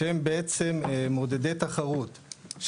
שהם בעצם מעודדי תחרות.